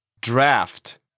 Draft